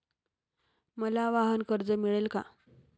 मला वाहनकर्ज मिळेल का?